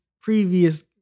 previous